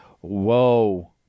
Whoa